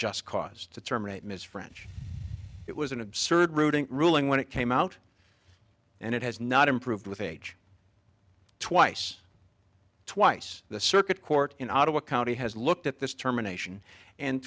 just cause to terminate ms french it was an absurd routing ruling when it came out and it has not improved with age twice twice the circuit court in ottawa county has looked at this terminations and